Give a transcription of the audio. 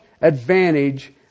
advantage